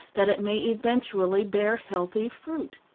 that it may eventually bear healthy fruit.